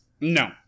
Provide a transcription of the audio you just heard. No